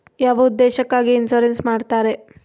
ಯಾವ ಉದ್ದೇಶಕ್ಕಾಗಿ ಇನ್ಸುರೆನ್ಸ್ ಮಾಡ್ತಾರೆ?